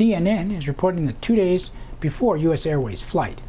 n is reporting the two days before u s airways flight